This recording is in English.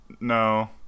No